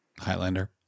Highlander